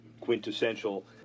quintessential